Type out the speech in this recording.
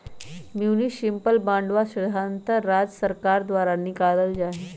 municipal बांडवा साधारणतः राज्य सर्कार द्वारा निकाल्ल जाहई